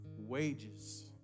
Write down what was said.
wages